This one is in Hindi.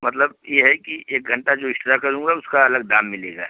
मतलब ये है कि एक घंटा जो इक्श्ट्रा करूँगा उसका अलग दाम मिलेगा